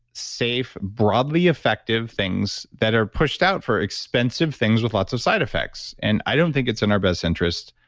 safe, broadly effective things that are pushed out for expensive things with lots of side effects and i don't think it's in our best interest.